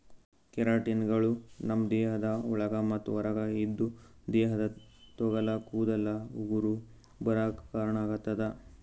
ಕೆರಾಟಿನ್ಗಳು ನಮ್ಮ್ ದೇಹದ ಒಳಗ ಮತ್ತ್ ಹೊರಗ ಇದ್ದು ದೇಹದ ತೊಗಲ ಕೂದಲ ಉಗುರ ಬರಾಕ್ ಕಾರಣಾಗತದ